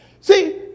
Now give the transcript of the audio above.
See